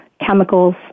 chemicals